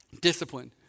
discipline